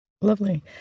Lovely